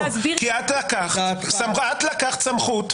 כי את לקחת סמכות.